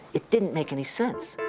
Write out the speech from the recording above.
it didn't make any sense.